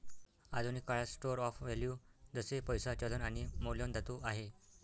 आधुनिक काळात store of value जसे पैसा, चलन आणि मौल्यवान धातू आहे